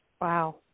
Wow